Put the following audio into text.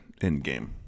Endgame